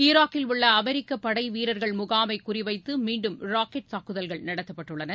ஈராக்கில் உள்ள அமெரிக்கப் படை வீரர்கள் முகாமை குறிவைத்து மீண்டும் ராக்கெட் தாக்குதல்கள் நடத்தப்பட்டுள்ளன